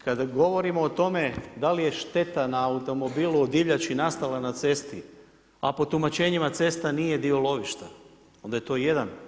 Kad govorimo o tome da li je šteta na automobilu od divljači nastala na cesti, a po tumačenjima cesta nije dio lovišta, onda je to jedan